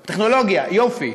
טכנולוגיה, יופי,